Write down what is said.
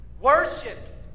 Worship